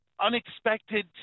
unexpected